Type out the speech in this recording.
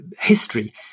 history